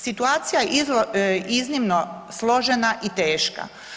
Situacija iznimno složena i teška.